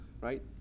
right